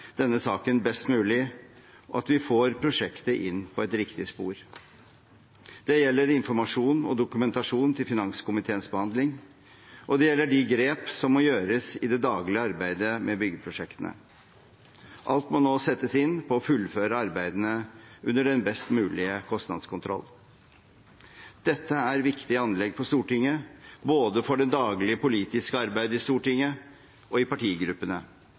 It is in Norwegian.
denne saken best mulig, og at vi får prosjektet inn på et riktig spor. Det gjelder informasjon og dokumentasjon til finanskomiteens behandling, og det gjelder de grep som må gjøres i det daglige arbeidet med byggeprosjektene. Alt må nå settes inn på å fullføre arbeidene under den best mulige kostnadskontroll. Dette er viktige anlegg for Stortinget – både for det daglige politiske arbeidet i Stortinget og i partigruppene